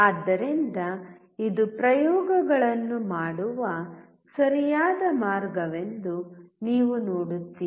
ಆದ್ದರಿಂದ ಇದು ಪ್ರಯೋಗಗಳನ್ನು ಮಾಡುವ ಸರಿಯಾದ ಮಾರ್ಗವೆಂದು ನೀವು ನೋಡುತ್ತೀರಿ